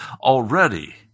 Already